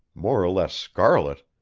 more or less scarlet,